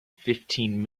fifteen